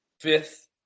Fifth